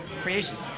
creations